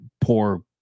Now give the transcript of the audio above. poor